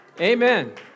Amen